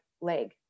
leg